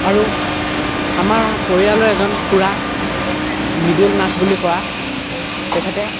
আৰু আমাৰ পৰিয়ালৰ এজন খুৰা মিদুল নাথ বুলি খুৰা তেখেতে